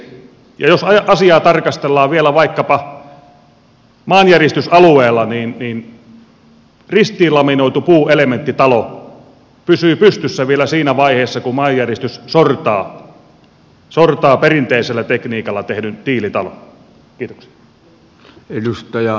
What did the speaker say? jos asiaa tarkastellaan vielä vaikkapa maan järistysalueella niin ristiinlaminoitu puuelementtitalo pysyy pystyssä vielä siinä vaiheessa kun maanjäristys sortaa perinteisellä tekniikalla tehdyn tiilitalon